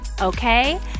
Okay